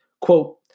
quote